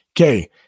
Okay